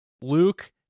luke